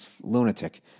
lunatic